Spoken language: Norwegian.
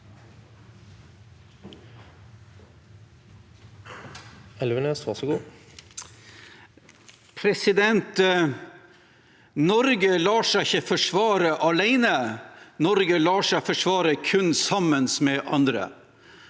Norge lar seg ikke forsvare alene. Norge lar seg forsvare kun sammen med andre.